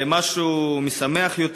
למשהו משמח יותר.